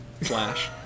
Flash